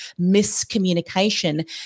miscommunication